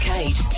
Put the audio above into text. Kate